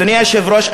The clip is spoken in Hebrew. אדוני היושב-ראש,